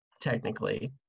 technically